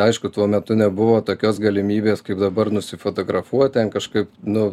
aišku tuo metu nebuvo tokios galimybės kaip dabar nusifotografuot ten kažkaip nu